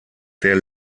der